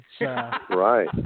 Right